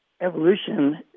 evolution